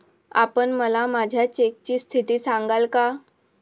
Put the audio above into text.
आपण मला माझ्या चेकची स्थिती सांगाल का?